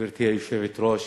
גברתי היושבת-ראש,